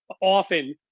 often